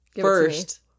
First